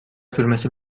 sürmesi